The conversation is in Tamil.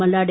மல்லாடி